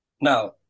Now